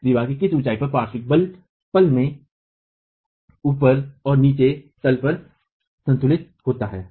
दीवार की ऊंचाई में पार्श्व बल पल में सबसे ऊपर और नीचे तल पर संतुलित होता है